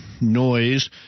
noise